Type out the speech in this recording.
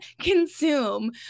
consume